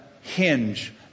hinge